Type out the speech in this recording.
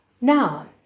Now